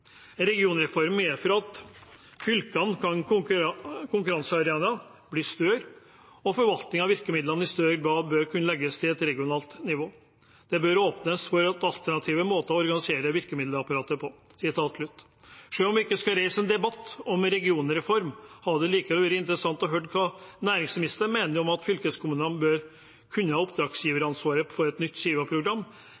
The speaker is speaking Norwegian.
Regionreformen medfører at fylket som konkurransearena blir større, og at forvaltningen av virkemidler i større grad bør kunne legges til regionalt nivå. Utvalget mener derfor det bør åpnes for alternative måter å organisere virkemiddelapparatet på.» Selv om jeg ikke skal reise en debatt om regionreform, hadde det likevel vært interessant å høre hva næringsministeren mener om at fylkeskommunene bør kunne ha